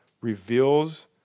reveals